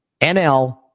NL